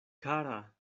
kara